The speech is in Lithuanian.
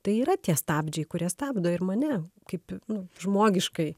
tai yra tie stabdžiai kurie stabdo ir mane kaip nu žmogiškai